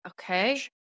okay